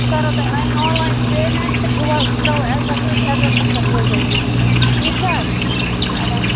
بہٕ کَرو تۄہہِ آنلایِن پیمٮ۪نٛٹ تہٕ بہٕ وَ بہٕ ترٛاوو اٮ۪ڈرٮ۪س أتھۍ اٮ۪ڈرٮ۪سٮ۪س پٮ۪ٹھ ترٛٲۍ زیو مےٚ ٹھیٖک چھِ حظ اَد حظ